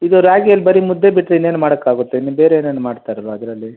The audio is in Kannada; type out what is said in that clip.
ಇದು ರಾಗಿಯಲ್ಲಿ ಬರಿ ಮುದ್ದೆ ಬಿಟ್ಟರೆ ಇನ್ನೇನು ಮಾಡೊಕ್ಕಾಗುತ್ತೆ ಇನ್ನು ಬೇರೆ ಏನೇನು ಮಾಡ್ತಾರೆ ವ ಅದರಲ್ಲಿ